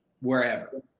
wherever